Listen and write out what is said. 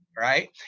right